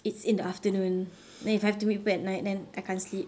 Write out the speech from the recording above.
it's in the afternoon then if I have to meet people at night then I can't sleep